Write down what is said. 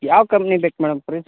ಯಾವ ಕಂಪ್ನಿ ಬೇಕು madam fridge